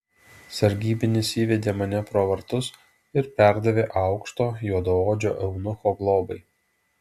sargybinis įvedė mane pro vartus ir perdavė aukšto juodaodžio eunucho globai